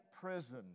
prison